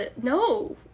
No